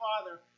Father